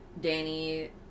Danny